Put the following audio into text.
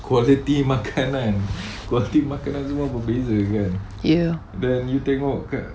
yes